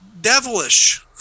devilish